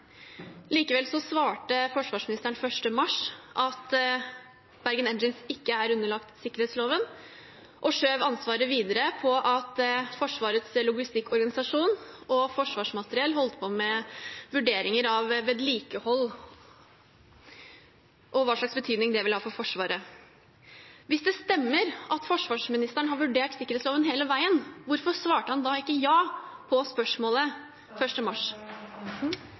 Likevel svarte forsvarsministeren 1. mars at Bergen Engines ikke er underlagt sikkerhetsloven, og skjøv ansvaret videre ved å si at Forsvarets logistikkorganisasjon og Forsvarsmateriell holdt på med vurderinger av vedlikehold og hva slags betydning det ville ha for Forsvaret. Hvis det stemmer at forsvarsministeren har vurdert sikkerhetsloven hele veien, hvorfor svarte han da ikke ja på spørsmålet 1. mars?